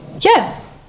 yes